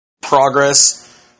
progress